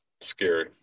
Scary